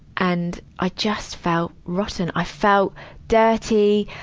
and, i just felt rotten. i felt dirty.